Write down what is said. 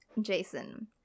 jason